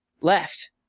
left